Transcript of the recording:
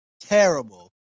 terrible